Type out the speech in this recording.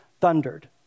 thundered